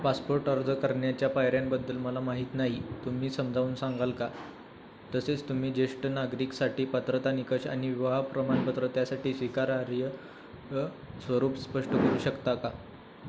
passport अर्ज करण्याच्या पायऱ्यांबद्दल मला माहीत नाही तुम्ही समजावून सांगाल का तसेच तुम्ही ज्येष्ठ नागरिकसाठी पत्रता निकष आणि विवाह प्रमाणपत्र त्यासाठी स्वीकारार्ह य स्वरूप स्पष्ट करू शकता का